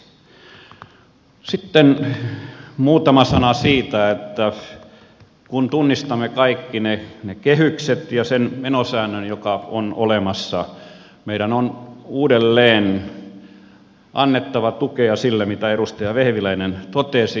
sitten muutama sana siitä että kun tunnistamme kaikki ne kehykset ja sen menosäännön joka on olemassa meidän on uudelleen annettava tukea sille mitä edustaja vehviläinen totesi